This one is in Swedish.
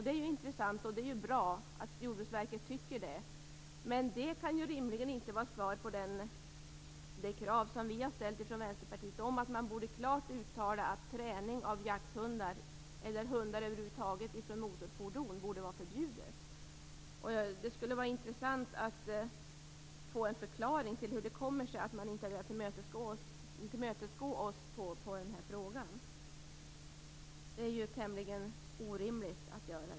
Det är ju intressant och bra att Jordbruksverket tycker det, men det kan ju rimligen inte vara svaret på det krav som vi har ställt från Vänsterpartiet, nämligen att man borde klart uttala att träning av jakthundar eller hundar över huvud taget från motorfordon borde vara förbjudet. Det skulle vara intressant att få en förklaring till hur det kommer sig att man inte har velat tillmötesgå oss i den här frågan. Detta är ju tämligen orimligt.